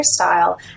hairstyle